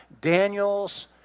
Daniel's